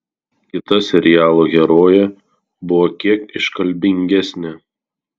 kita serialo herojė buvo kiek iškalbingesnė